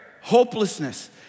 Hopelessness